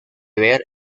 ver